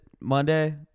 Monday